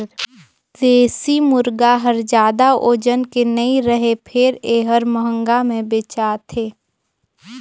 देसी मुरगा हर जादा ओजन के नइ रहें फेर ए हर महंगा में बेचाथे